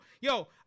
yo